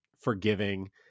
forgiving